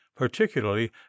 particularly